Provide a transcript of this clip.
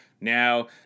now